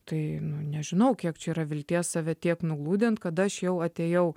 tai nu nežinau kiek čia yra vilties save tiek nugludint kada aš jau atėjau